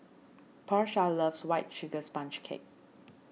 Porsha loves White Sugar Sponge Cake